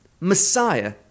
Messiah